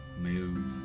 move